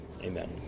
Amen